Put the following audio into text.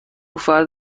فرد